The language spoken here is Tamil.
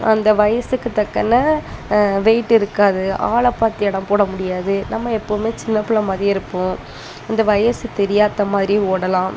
அந்த வயதுக்கு தக்கன வெயிட் இருக்காது ஆளைப் பார்த்து எடை போட முடியாது நம்ம எப்பவுமே சின்னப்பிள்ள மாதிரியே இருப்போம் அந்த வயது தெரியாத மாதிரியே ஓடலாம்